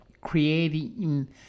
creating